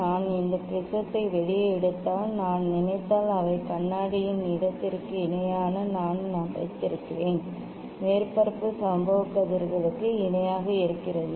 நான் இந்த ப்ரிஸத்தை வெளியே எடுத்தால் நான் நினைத்தால் அவை கண்ணாடியின் இடத்திற்கு இணையாக நான் வைத்திருக்கிறேன் மேற்பரப்பு சம்பவ கதிர்களுக்கு இணையாக இருக்கிறது